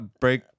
break